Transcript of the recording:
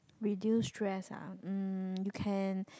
reduce stress ah um you can